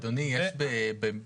אדוני, יש במשפט